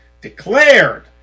Declared